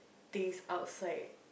things outside